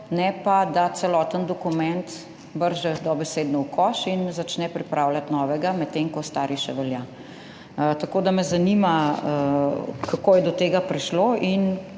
ne pa da celoten dokument vrže dobesedno v koš in začne pripravljati novega, med tem ko stari še velja. Tako da me zanima: Kako je prišlo do